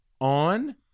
on